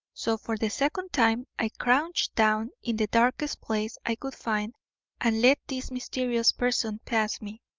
so, for the second time, i crouched down in the darkest place i could find and let this mysterious person pass me.